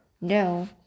No